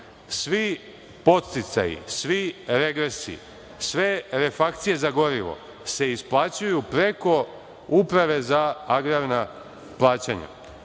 Svi podsticaji, svi regresi, sve refakcije za gorivo se isplaćuju preko Uprave za agrarna plaćanja.